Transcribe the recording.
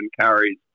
carries